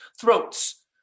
throats